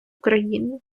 україни